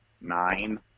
Nine